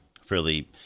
fairly